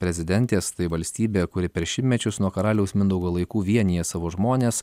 prezidentės tai valstybė kuri per šimtmečius nuo karaliaus mindaugo laikų vienija savo žmones